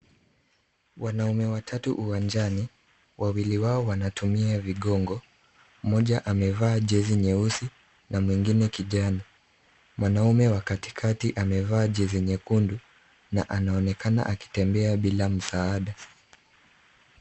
Wanaume watatu uwanjani, wawili wao wanatumia vigongo. Mmoja amevaa jezi nyeusi na mwingine kijani. Mwanaume wa katikati amevaa jezi nyekundu na anaonekana akitembea bila msaada.